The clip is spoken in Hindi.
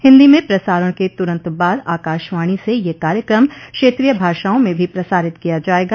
हिन्दी में प्रसारण के तुरंत बाद आकाशवाणी से यह कार्यक्रम क्षेत्रीय भाषाओं में भी प्रसारित किया जाएगा